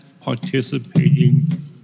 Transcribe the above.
participating